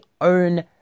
own